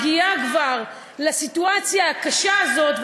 אני חושבת שאישה שמגיעה כבר לסיטואציה הקשה הזאת,